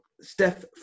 Steph